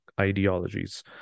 ideologies